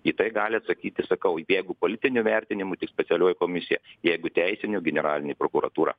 į tai gali atsakyti sakau jeigu politiniu vertinimu tik specialioji komisija jeigu teisiniu generalinė prokuratūra